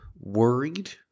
worried